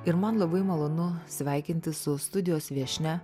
ir man labai malonu sveikintis su studijos viešnia